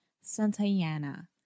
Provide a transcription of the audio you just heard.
Santayana